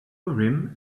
urim